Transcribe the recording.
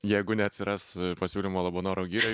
jeigu neatsiras pasiūlymo labanoro girioje